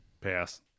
Pass